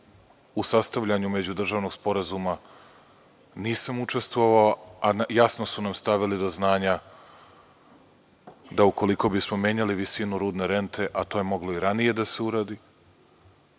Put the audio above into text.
U sastavljanju Međudržavnog sporazuma nisam učestvovao. Jasno su nam stavili do znanja da ukoliko bismo menjali visinu rudne rente, a to je moglo i ranije da se uradi,